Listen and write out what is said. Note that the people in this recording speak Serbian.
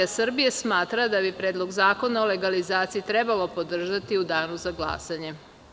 Mi iz SDPS smatramo da bi Predlog zakona o legalizaciji trebalo podržati u danu za glasanje.